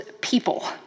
people